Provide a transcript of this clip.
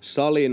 saliin.